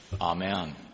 Amen